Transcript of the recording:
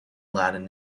laden